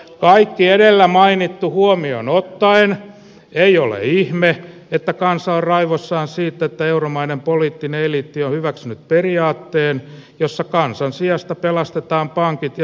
kaikki edellä mainittu huomioon ottaen ei ole ihme että kansa on raivoissaan siitä että euromaiden poliittinen eliitti on hyväksynyt periaatteen jossa kansan sijasta pelastetaan pankit ja